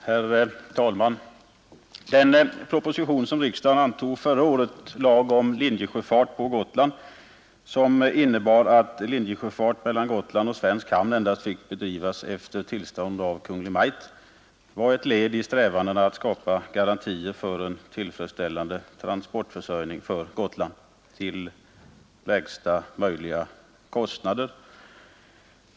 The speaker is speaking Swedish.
Herr talman! Den proposition som riksdagen antog förra året — lag om linjesjöfart på Gotland — och som innebar att linjesjöfart mellan Gotland och svensk hamn endast får bedrivas efter tillstånd av Kungl. Maj:t var ett led i strävandena att skapa garantier för en tillfredsställande transportförsörjning för Gotland till lägsta möjliga kostnader.